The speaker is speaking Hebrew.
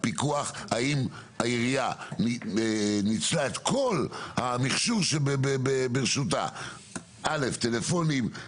הפיקוח האם העירייה ניצלה את כל המחשוב שברשותה - טלפונים,